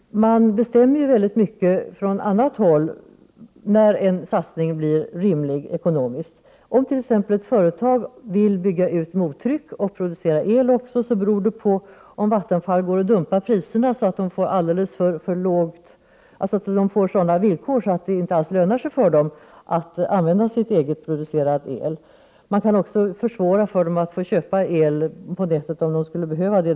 Man bestämmer ju väldigt mycket från annat håll när en satsning blir ekonomiskt rimig. Om t.ex. ett företag vill bygga ut mottryck och producera el också, blir detta beroende av om Vattenfall dumpar priserna, så att företaget får sådana villkor att det inte lönar sig för det att använda sin egenproducerade el. Vattenfall kan också försvåra för företaget att få köpa el från nätet, om det skulle behöva det.